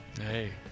Hey